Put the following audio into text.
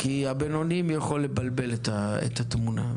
כי הבינוניים יכולים לבלבל את התמונה.